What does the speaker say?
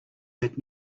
that